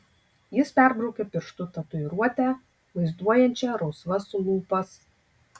jis perbraukė pirštu tatuiruotę vaizduojančią rausvas lūpas